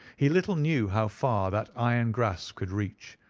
he little knew how far that iron grasp could reach,